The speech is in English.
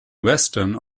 western